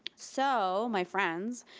so my friends,